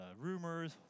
rumors